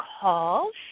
calls